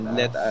let